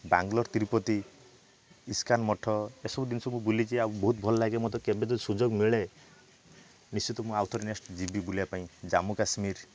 Bangalore Tirupati ISKCON ମଠ ଏ ସବୁ ଜିନିଷ ମୁଁ ବୁଲିଛି ଆଉ ବହୁତ ଭଲ ଲାଗେ ମତେ କେବେ ତ ସୁଯୋଗ ମିଳେ ନିଶ୍ଚିନ୍ତ ମୁଁ ଆଉ ଥରେ ନେକ୍ସଟ ଯିବି ବୁଲିବା ପାଇଁ ଜାମ୍ମୁକାଶ୍ମୀର